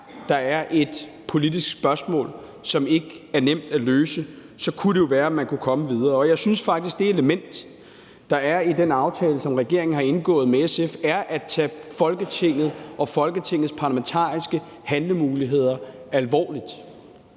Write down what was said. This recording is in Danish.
der er et politisk spørgsmål, som ikke er nemt at løse, så kunne det jo være, man kunne komme videre. Og jeg synes faktisk, at det element, der er i den aftale, som regeringen har indgået med SF, er at tage Folketinget og Folketingets parlamentariske handlemuligheder alvorligt.